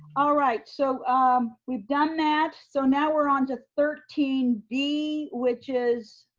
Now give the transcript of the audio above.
all right so we've done that. so now we're on to thirteen b, which is,